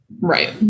Right